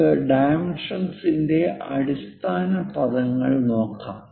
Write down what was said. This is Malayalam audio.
നമുക്ക് ഡൈമെൻഷന്സിന്റെ അടിസ്ഥാന പദങ്ങൾ നോക്കാം